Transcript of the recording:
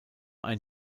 ein